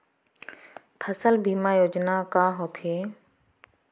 फसल बीमा योजना का होथे?